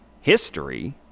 history